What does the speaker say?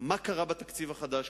מה קרה בתקציב החדש,